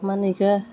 मा होनो बेखौ